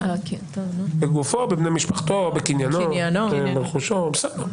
בגופו או בבני משפחתו או בקניינו או ברכושו.